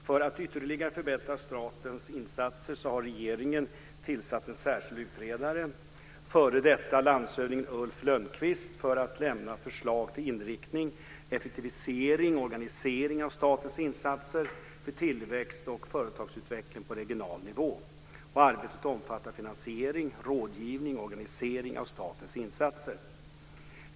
För att ytterligare förbättra statens insatser har regeringen tillsatt en särskild utredare, f.d. landshövdingen Ulf Lönnqvist, för att lämna förslag till inriktning, effektivisering och organisering av statens insatser för tillväxt och företagsutveckling på regional nivå. Arbetet omfattar finansiering, rådgivning och organisering av statens insatser.